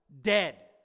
dead